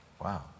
Wow